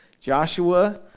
Joshua